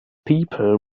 people